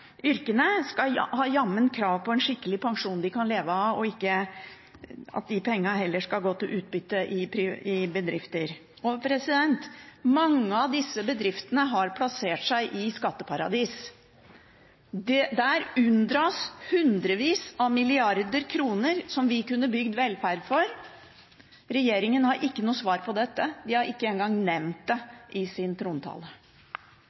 yrkene, har jammen krav på en skikkelig pensjon de kan leve av, og ikke at pengene går til utbytte i bedrifter. Mange av disse bedriftene har plassert seg i skatteparadis, der det unndras hundrevis av milliarder kroner som vi kunne bygd velferd for. Regjeringen har ikke noe svar på dette, de har ikke engang nevnt